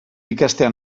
ikastea